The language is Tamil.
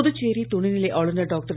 புதுச்சேரி துணைநிலை ஆளுனர் டாக்டர்